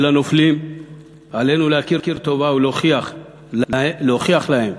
ולנופלים עלינו להכיר טובה ולהוכיח להם